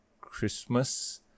christmas